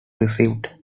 received